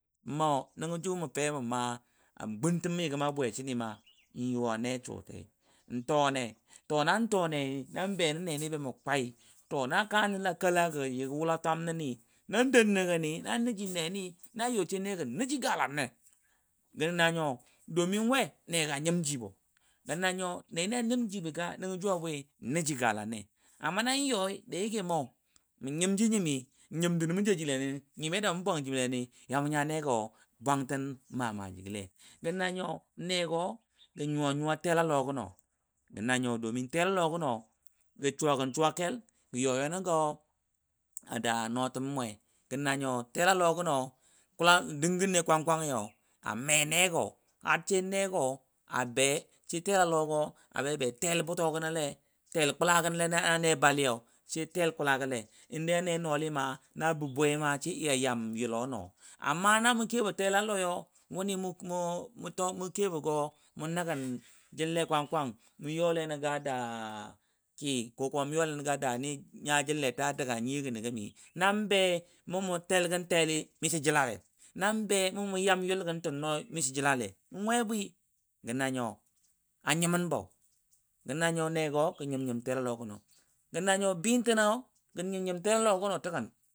Mɔʊ nəngə jʊ mə fɛ mə maa a gʊn təm mɨ gəma bwaɛsɨnɨ nyʊwa nɛ N too nɛ to nan too nɛ nan bɛ nən nɛni ba mə kwai, na kaa nəLa kɛLa gə gə wʊLam twami nan dɔʊ nagəni na yɔɨ neni sai nɛ gɔ nəjɨ gaLannɛ. Gə nanyo domin we nega nyimjibonəngo jʊwa bwi nega nyim ji bo amma nan yɔ dashi ke ma nyimji nyimi N nyim duno ma jeji le nəni bwantan maaji gɔ lei gə nanyo nego ga nyuwa nyuwa talo ji, gə nanyo gə yoyo nə gə ds yutəm mwe gə nanyo tela lɔgənɔ dɨngɨn ne kwang kwa nyi har nego she be a da tela lɔ gɔ gə woi telalɔ gəno sai tela lɔgo sai tella bʊtɔ gənɔ a kela bʊto gənɔ le na mʊ youle nangɔ da ki ko da tootnamu bamu yam yulgən sən noi mishi jɨla len we bwi gə nanyo a nyimənbo. gənyo nego gə nyim nyim nəgə nego gə nyim tela lɔgəno ga nanyo bɨtə gɔ nyim nyim tala llɔga no.